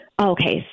Okay